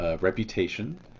reputation